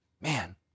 Man